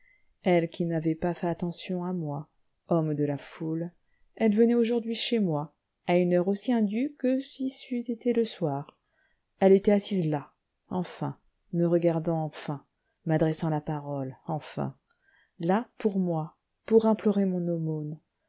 elle qui n'avait pas fait attention à moi homme de la foule elle venait aujourd'hui chez moi à une heure aussi indue que si c'eût été le soir elle était assise là enfin me regardant enfin m'adressant la parole enfin là pour moi pour implorer mon